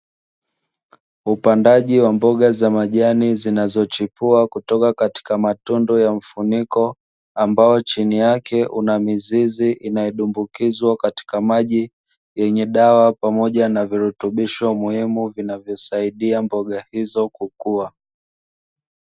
Upandaji wa mboga za majani zinazo chipua kutoka katika matundu ya mfuniko, ambayo chini yake una mizizi inayo dumbukizwa katika maji yenye dawa, pamoja na virutubisho muhimu vinavyo saidia mboga hizo kukua.